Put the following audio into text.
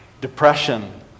depression